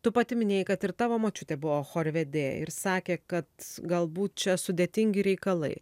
tu pati minėjai kad ir tavo močiutė buvo chorvedė ir sakė kad galbūt čia sudėtingi reikalai